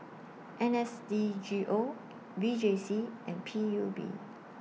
N S D G O V J C and P U B